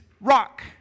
rock